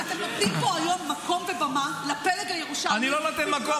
אתם נותנים פה היום מקום ובמה לפלג הירושלמי במקום